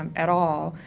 um at all,